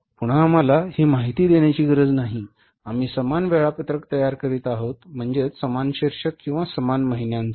पुन्हा आम्हाला ही माहिती देण्याची गरज नाही आम्ही समान वेळापत्रक तयार करीत आहोत म्हणजेच समान शीर्षक किंवा समान महिन्यांसाठी